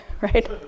right